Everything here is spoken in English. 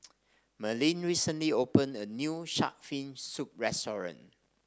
Merlyn recently opened a new shark fin soup restaurant